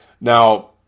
Now